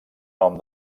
nom